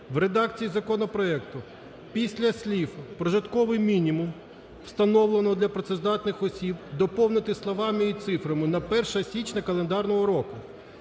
в редакції законопроекту після слів "прожитковий мінімум, встановлений для працездатних осіб" доповнити словами і цифрами: "на 1 січня календарного року".